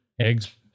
eggs